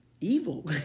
evil